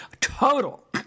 total